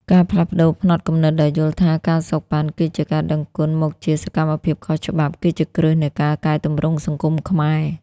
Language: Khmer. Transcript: ការផ្លាស់ប្តូរផ្នត់គំនិតដែលយល់ថា ការសូកប៉ាន់ គឺជា "ការដឹងគុណ" មកជា "សកម្មភាពខុសច្បាប់" គឺជាគ្រឹះនៃការកែទម្រង់សង្គមខ្មែរ។